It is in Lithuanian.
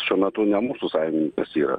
šiuo metu ne mūsų sąjungininkas yra